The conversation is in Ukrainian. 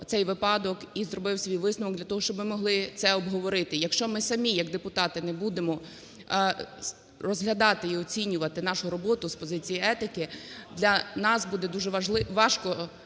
цей випадок і зробив свій висновок для того, щоб ми могли це обговорити. Якщо ми самі як депутати не будемо розглядати і оцінювати нашу роботу з позиції етики, для нас буде дуже важко